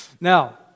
Now